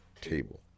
table